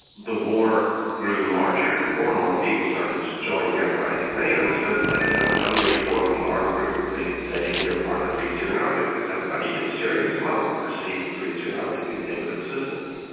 the war grew larger, and more and more people started to join the uprising. many of them still said, you know, when they formed an armed group they would say, we are part of the free syrian army because everybody in syria as well perceived the free syrian army to be the name of the resistance.